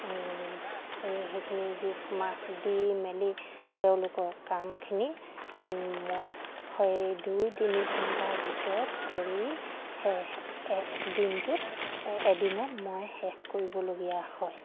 সেই সেইখিনি জোখ মাখ দি মেলি তেওঁলোকৰ কামখিনি মই সেই দুই তিনি ঘণ্টাৰ ভিতৰত কৰি দিনটোত এদিনত মই শেষ কৰিবলগীয়া হয়